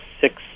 six